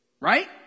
right